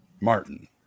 Martin